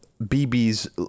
BB's